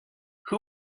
who